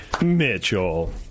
Mitchell